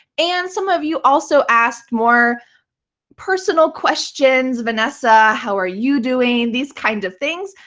and some of you also asked more personal questions, vanessa, how are you doing? these kind of things.